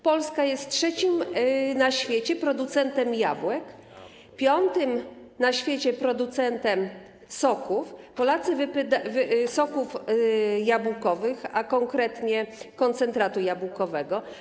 Polska jest trzecim na świecie producentem jabłek, piątym na świecie producentem soków jabłkowych, a konkretnie koncentratu jabłkowego.